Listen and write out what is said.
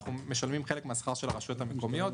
אנחנו משלמים חלק מהשכר של הרשויות המקומיות,